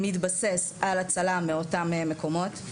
מתבסס על הצלה מאותם מקומות,